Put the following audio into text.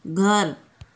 घर